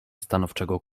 stanowczego